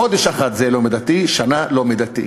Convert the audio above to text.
חודש אחד זה לא מידתי, שנה, לא מידתי.